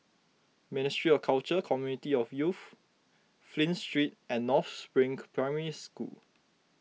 Ministry of Culture Community and Youth Flint Street and North Spring Primary School